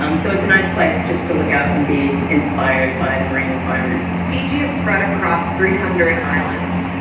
um so it's a nice place just to look out and be inspired by the marine environment fiji is spread across three hundred islands.